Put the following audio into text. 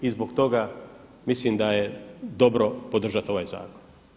I zbog toga mislim da je dobro podržati ovaj zakon.